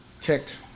checked